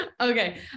Okay